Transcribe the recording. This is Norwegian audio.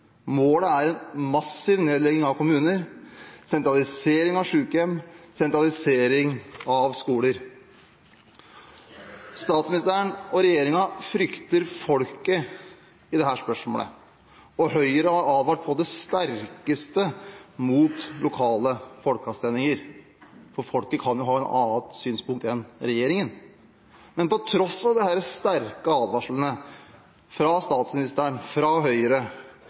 Målet er en massiv nedlegging av kommuner, sentralisering av sykehjem, sentralisering av skoler. Statsministeren og regjeringen frykter folket i dette spørsmålet, og Høyre har advart på det sterkeste mot lokale folkeavstemninger, for folket kan jo ha et annet synspunkt enn regjeringen. Men til tross for disse sterke advarslene fra statsministeren, fra Høyre